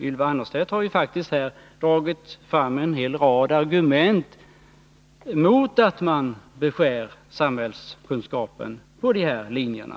Ylva Annerstedt har faktiskt här dragit fram en hel rad argument mot att beskära samhällskunskapen på de här linjerna.